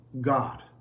God